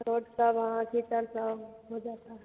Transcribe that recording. road सब वहाँ कीचड़ सब हो जाता है